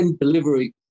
delivery